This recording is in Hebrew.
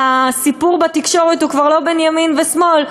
הסיפור בתקשורת הוא כבר לא בין ימין ושמאל,